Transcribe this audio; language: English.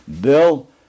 Bill